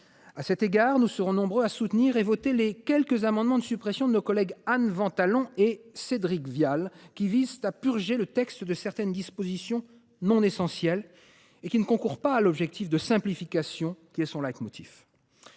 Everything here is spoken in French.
À cet égard, nous serons nombreux à soutenir et voter les quelques amendements de suppression de nos collègues Anne Ventalon et Cédric Vial. Ceux ci visent à purger le texte de certaines dispositions non essentielles et ne concourant pas à l’objectif de simplification qui est son leitmotiv.